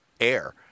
Air